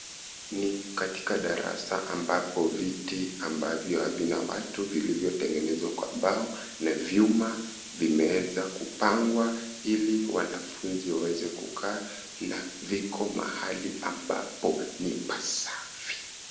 Ni katika darasa ambapo viti ambavyo havina watu vilivyotengenezwa kwa mbao na vyuma, vimeweza kupangwa ili wanafunzi waweze kukaa na viko mahali ambapo ni pasafi.